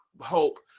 Hope